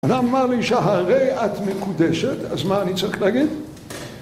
א... אמר לי שהרי את מקודשת, אז מה אני צריך להגיד?